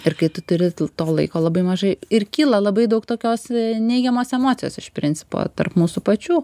ir kai tu turi to laiko labai mažai ir kyla labai daug tokios neigiamos emocijos iš principo tarp mūsų pačių